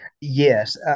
Yes